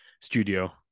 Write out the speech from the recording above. studio